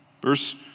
Verse